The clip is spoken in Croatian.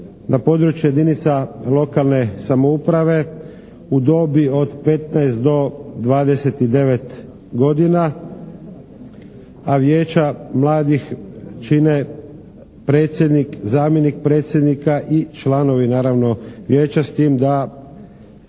na području jedinica lokalne samouprave u dobi od 15 do 29 godina, a vijeća mladih čine predsjednik, zamjenik predsjednika i članovi naravno vijeća s tim da